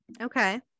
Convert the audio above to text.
Okay